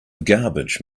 garbage